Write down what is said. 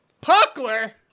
Puckler